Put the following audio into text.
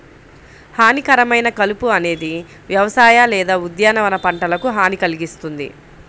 హానికరమైన కలుపు అనేది వ్యవసాయ లేదా ఉద్యానవన పంటలకు హాని కల్గిస్తుంది